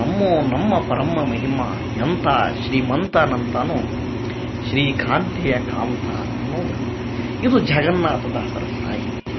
ನಮ್ಮೋ ನಮ್ಮಪ ಪರಮ್ಮ ಮಹಿಮ ಎಂತ ಶ್ರೀಮಂತನಂತನು ಶ್ರೀ ಕಾಂತೆಯ ಕಾಂತ ಅನ್ನೋದು ಇದು ಜಗನ್ನಾಥದಾಸರ ಸಾಹಿತ್ಯ